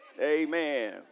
Amen